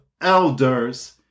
elders